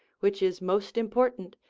which is most important,